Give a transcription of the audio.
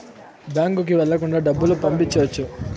బ్యాంకుకి వెళ్ళకుండా డబ్బులు పంపియ్యొచ్చు